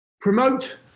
promote